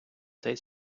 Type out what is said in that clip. цей